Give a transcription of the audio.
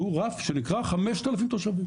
והוא רף שנקרא 5,000 תושבים.